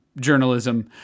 journalism